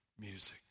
music